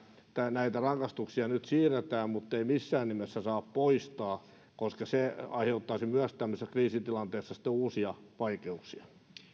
näitä rangaistuksia nyt siirretään muttei niitä missään nimessä saa poistaa koska se aiheuttaisi tämmöisessä kriisitilanteessa myös uusia vaikeuksia